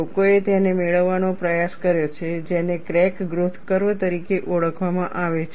લોકોએ તેને મેળવવાનો પ્રયાસ કર્યો છે જેને ક્રેક ગ્રોથ કર્વ તરીકે ઓળખવામાં આવે છે